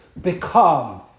become